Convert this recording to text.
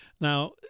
Now